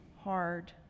hard